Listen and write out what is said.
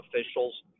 officials